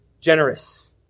generous